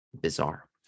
bizarre